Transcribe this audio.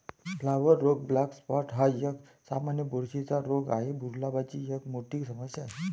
flower रोग black spot हा एक, सामान्य बुरशीचा रोग आहे, गुलाबाची एक मोठी समस्या आहे